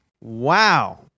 Wow